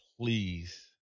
please